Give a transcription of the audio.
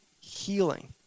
healing